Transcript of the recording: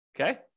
Okay